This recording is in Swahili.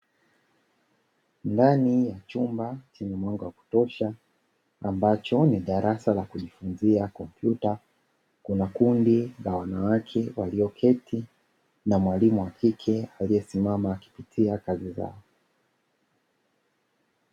Ndani ya chumba chenye mwanga wa kutosha, ambacho ni darasa la kujifunzia kompyuta, kuna kundi la wanawake walioketi na mwalimu wa kike aliyesimama akipitia kazi zao.